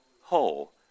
whole